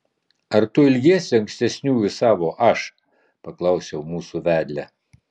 ar tu ilgiesi ankstesniųjų savo aš paklausiau mūsų vedlę